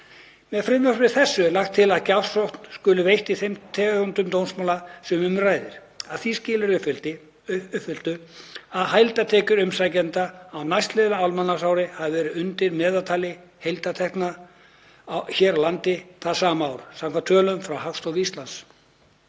Með frumvarpi þessu er lagt til að gjafsókn skuli veitt, í þeim tegundum dómsmála sem um ræðir, að því skilyrði uppfylltu að heildartekjur umsækjanda á næstliðnu almanaksári hafi verið undir meðaltali heildartekna hér á landi það sama ár samkvæmt tölum frá Hagstofu Íslands.